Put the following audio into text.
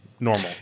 normal